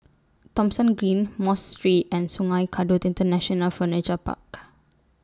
Thomson Green Mosque Street and Sungei Kadut International Furniture Park